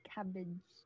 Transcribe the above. Cabbage